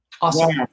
Awesome